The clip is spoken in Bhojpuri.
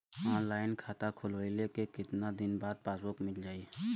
ऑनलाइन खाता खोलवईले के कितना दिन बाद पासबुक मील जाई?